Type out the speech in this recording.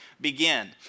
begin